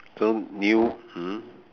so new mm